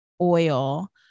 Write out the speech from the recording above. oil